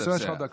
יש לך דקה.